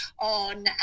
on